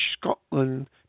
Scotland